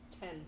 Ten